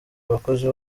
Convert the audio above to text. abakozi